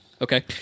Okay